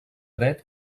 dret